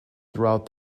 throughout